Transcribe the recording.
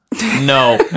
No